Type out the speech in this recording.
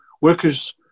workers